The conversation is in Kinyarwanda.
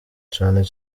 cane